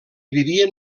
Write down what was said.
vivien